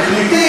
חלקם